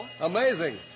Amazing